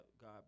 God